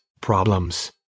problems